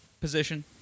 position